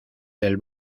del